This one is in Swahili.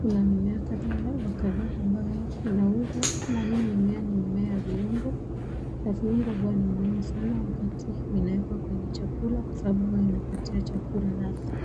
kuna mimea kadhawa kadhaa ambayo inauzwa na hii mimea ni mimea ya viungo ,na viungo uwa ni muhimu sana wakati zinawekwa kwenye chakula, kwa sababu uwa inapatia chakula ladha.